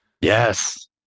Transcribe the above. Yes